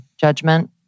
judgment